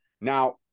Now